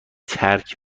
ترک